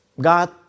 God